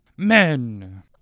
Men